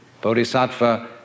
Bodhisattva